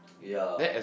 yeah